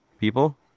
people